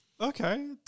Okay